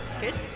Good